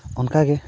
ᱚᱱᱠᱟ ᱜᱮ